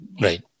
Right